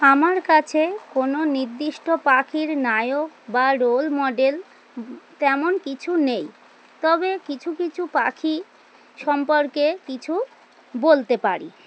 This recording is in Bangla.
আমার কাছে কোনো নির্দিষ্ট পাখির নায়ক বা রোল মডেল তেমন কিছু নেই তবে কিছু কিছু পাখি সম্পর্কে কিছু বলতে পারি